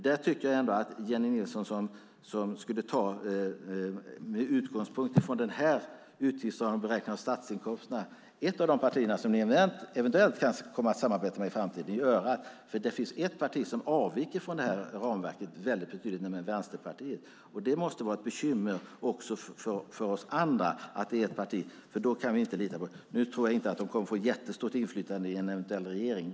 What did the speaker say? Jag tycker ändå att Jennie Nilsson skulle ta sin utgångspunkt i den här beräkningen av statsinkomsterna och vad ett av de partier som ni eventuellt kan komma att samarbeta med i framtiden gör. Det finns nämligen ett parti som avviker från det här ramverket väldigt betydligt: Vänsterpartiet. Det måste vara ett bekymmer också för oss andra att ett parti tycker så, för då kan vi inte lita på det. Nu tror jag inte att de kommer att få jättestort inflytande i en eventuell regering.